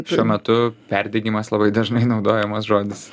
šiuo metu perdegimas labai dažnai naudojamas žodis